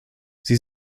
sie